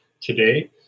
Today